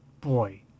Boy